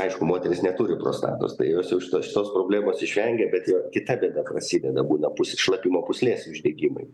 aišku moteris neturi prostatos tai jos jau šito šitos problemos išvengia bet jo kita bėda prasideda būna pusė šlapimo pūslės uždegimai